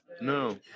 No